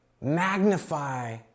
magnify